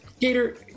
Gator